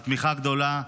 על תמיכה גדולה.